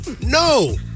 No